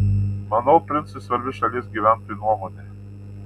manau princui svarbi šalies gyventojų nuomonė